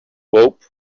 hope